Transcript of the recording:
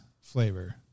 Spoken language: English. flavor